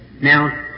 Now